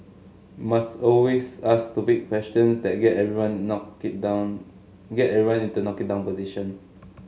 must always ask stupid questions that get everyone knock it down get everyone into knock it down position